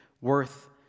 worth